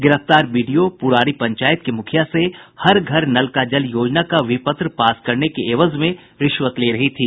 गिरफ्तार बीडीओ पुरारी पंचायत के मुखिया से हर घर नल का जल योजना का विपत्र पास करने के एवज में रिश्वत ले रही थी